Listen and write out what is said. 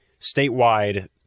statewide-